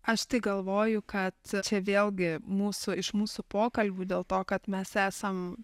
aš tai galvoju kad čia vėlgi mūsų iš mūsų pokalbių dėl to kad mes esam